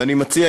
ואני מציע,